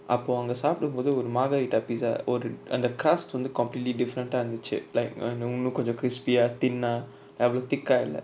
அப்போ அங்க சாபுடும்போது ஒரு:appo anga saapudumpothu oru mathavita pizza ஒரு அந்த:oru antha crust வந்து:vanthu completely different ah இருந்துச்சு:irunthuchu like err இன்னு கொஞ்சோ:innu konjo crispy ah thin ah அவளோ:avalo thick ah இல்ல:illa